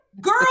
girl